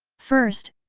first,